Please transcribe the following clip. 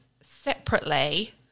separately